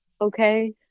Okay